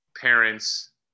parents